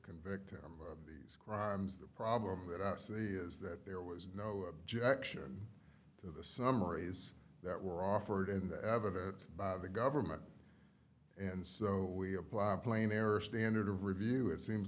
convict him of these crimes the problem that i see is that there was no objection to the summaries that were offered in the evidence by the government and so we apply a plain error standard to review it seems